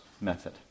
method